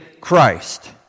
Christ